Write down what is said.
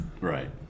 Right